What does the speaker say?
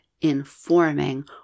informing